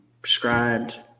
prescribed